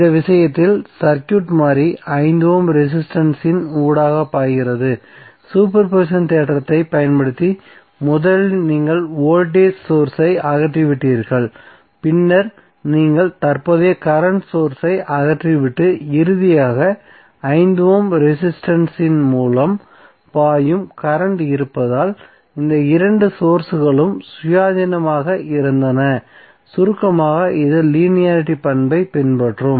இந்த விஷயத்தில் சர்க்யூட் மாறி 5 ஓம் ரெசிஸ்டன்ஸ் இன் ஊடாக பாய்கிறது சூப்பர் பொசிஷன் தேற்றத்தைப் பயன்படுத்தி முதலில் நீங்கள் வோல்டேஜ் சோர்ஸ் ஐ அகற்றிவிட்டீர்கள் பின்னர் நீங்கள் தற்போதைய கரண்ட் சோர்ஸ் ஐ அகற்றிவிட்டு இறுதியாக 5 ஓம் ரெசிஸ்டன்ஸ் இன் மூலம் பாயும் கரண்ட் இருப்பதால் இந்த இரண்டு சோர்ஸ்களும் சுயாதீனமாக இருந்தன சுருக்கமாக இது லீனியாரிட்டி பண்பை பின்பற்றும்